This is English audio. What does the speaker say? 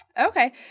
Okay